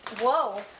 Whoa